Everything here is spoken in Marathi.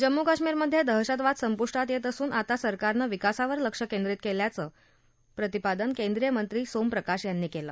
जम्मू काश्मीरमध्ये दहशतवाद संपुष्टात येत असून आता सरकारनं विकासावर लक्ष केंद्रित केलं असल्याचं प्रतिपादन केंद्रीय मंत्री सोम प्रकाश यांनी केलं